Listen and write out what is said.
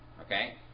Okay